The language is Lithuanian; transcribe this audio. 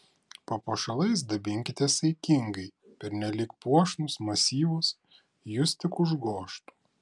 papuošalais dabinkitės saikingai pernelyg puošnūs masyvūs jus tik užgožtų